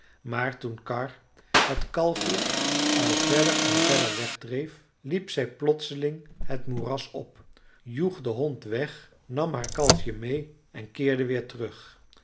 maar toen karr het kalfje al verder en verder wegdreef liep zij plotseling het moeras op joeg den hond weg nam haar kalfje meê en keerde weer terug